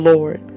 Lord